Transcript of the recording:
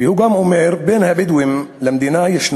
והוא גם אומר: בין הבדואים למדינה ישנו